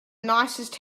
nicest